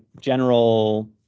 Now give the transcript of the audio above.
general